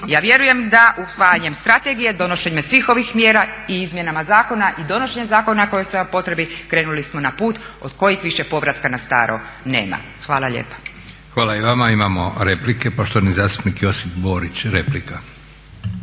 Ja vjerujem da usvajanjem strategije, donošenjem svih ovih mjera i izmjenama zakona i donošenjem zakona koji su nam potrebni krenuli smo na put od kojeg više povratka na staro nema. Hvala lijepa. **Leko, Josip (SDP)** Hvala i vama. Imamo replike. Poštovani zastupnik Josip Borić replika.